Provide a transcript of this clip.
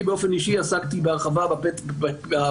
אני באופן אישי עסקתי בהרחבה בפתרון